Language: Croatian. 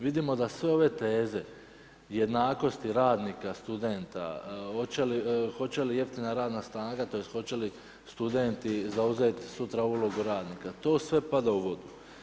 Vidimo da sve ove teze i jednakosti radnika, studenta, hoće li jeftina snaga tj. hoće li studenti zauzeti sutra ulogu radnika, to sve pada u vodu.